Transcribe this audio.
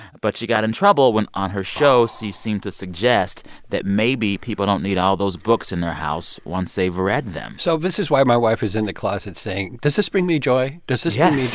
but she got in trouble when, on her show, she seemed to suggest that maybe people don't need all those books in their house once they've read them so this is why my wife is in the closet saying, does this bring me joy? does this bring